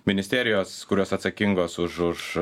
ministerijos kurios atsakingos už